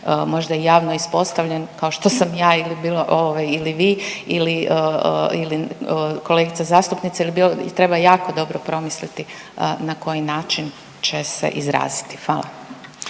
možda i javno ispostavljen kao što sam ja ili bilo ovaj ili vi ili, ili kolegica zastupnica i treba jako dobro promisliti na koji način će se izraziti. Hvala.